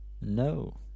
No